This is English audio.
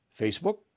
Facebook